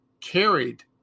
carried